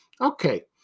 Okay